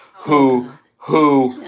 who who,